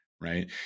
right